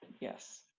Yes